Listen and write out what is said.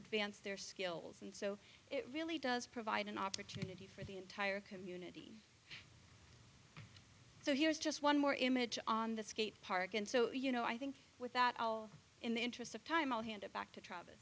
advance their skills and so it really does provide an opportunity for the entire community so here is just one more image on the skate park and so you know i think with that all in the interest of time i'll hand it back to trav